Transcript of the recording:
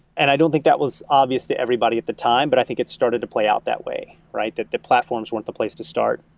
and i don't think that was obvious to everybody at the time, but i think it started to play out that way, that the platforms weren't the place to start.